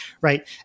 right